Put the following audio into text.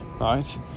right